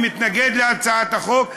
אני מתנגד להצעת החוק,